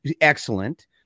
excellent